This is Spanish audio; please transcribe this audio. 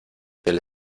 del